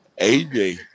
AJ